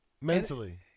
mentally